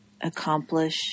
accomplish